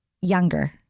Younger